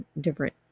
different